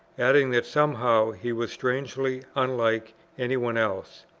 adding, that somehow he was strangely unlike any one else.